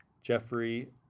Jeffrey